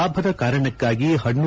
ಲಾಭದ ಕಾರಣಕ್ಕಾಗಿ ಪಣ್ಣು